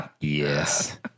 Yes